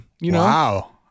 Wow